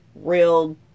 real